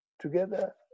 together